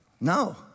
No